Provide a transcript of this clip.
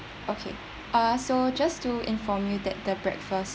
okay uh so just to inform you that the breakfast